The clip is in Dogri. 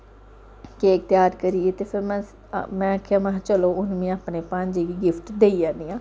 केक त्यार करियै ते फिर में में महा आखेआ चलो हून में अपने भांजे गी गिफ्ट देई आन्नी आं